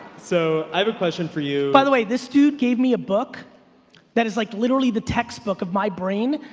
so i have a question for you. by the way this dude gave me a book that is like literally the textbook of my brain.